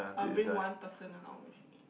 I'll bring one person along with me